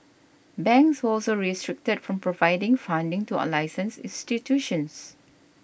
banks were also restricted from providing funding to unlicensed institutions